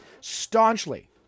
staunchly